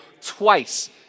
twice